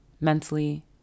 mentally